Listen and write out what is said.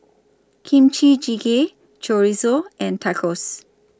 Kimchi Jjigae Chorizo and Tacos